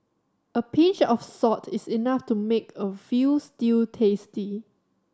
a pinch of salt is enough to make a veal stew tasty